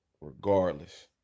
regardless